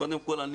קודם כל,